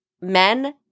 men